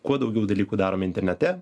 kuo daugiau dalykų darome internete